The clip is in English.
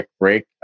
break